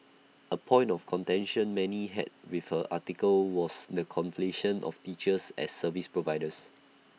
A point of contention many had with her article was the conflation of teachers as service providers